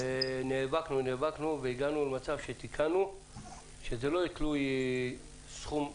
נאבקנו ואבקנו והגענו למצב שתיקנו שזה לא יהיה תלוי סכום בתקנה.